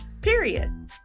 period